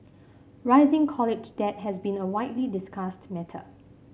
rising college debt has been a widely discussed matter